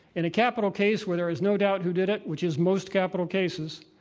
in a capital case where there is no doubt who did it, which is most capital cases,